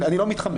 אני לא מתחמק,